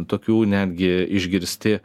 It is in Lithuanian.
tokių netgi išgirsti